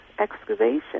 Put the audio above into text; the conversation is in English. excavation